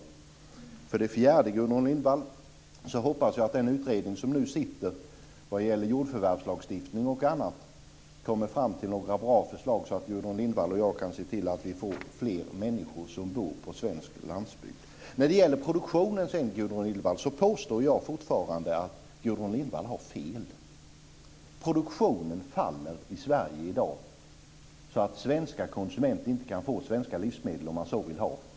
4. Jag hoppas att den utredning som nu sitter vad gäller jordförvärvslagstiftningen och annat kommer fram till några bra förslag så att Gudrun Lindvall och jag kan se till att vi får fler människor som bor på svensk landsbygd. När det gäller produktionen påstår jag fortfarande att Gudrun Lindvall har fel. Produktionen faller i Sverige i dag så att svenska konsumenter inte kan få svenska livsmedel, om man så vill ha.